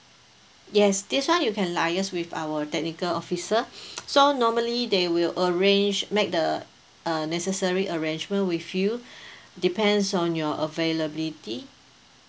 yes this [one] you can liaise with our technical officer so normally they will arrange make the uh necessary arrangement with you depends on your availability